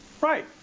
Right